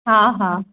हा हा